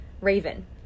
raven